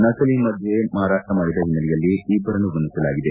ನಕಲಿ ಮಧ್ಯೆ ಮಾರಾಟ ಮಾಡಿದ ಹಿನ್ನೆಲೆಯಲ್ಲಿ ಇಬ್ಬರನ್ನು ಬಂಧಿಸಲಾಗಿದೆ